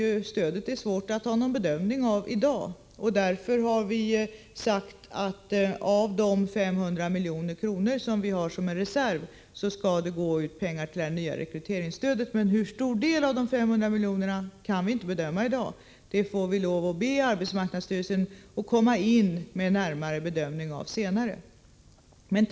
Det är svårt att göra någon bedömning av omfattningen av det stödet i dag. Vi har sagt att det skall ges ut pengar till det nya rekryteringsstödet av de 500 milj.kr. som vi har som en reserv. Hur stor del av de 500 milj.kr. som det blir tal om kan vi inte bedöma i dag. Vi får be arbetsmarknadsstyrelsen att komma in med en närmare bedömning av det senare.